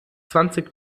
zwanzig